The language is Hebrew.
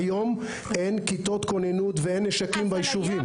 כיום אין כיתות כוננות ואין נשקים ביישובים.